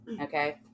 okay